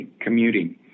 commuting